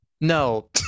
No